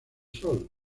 sol